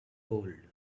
gold